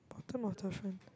bottom of the frame